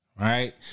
Right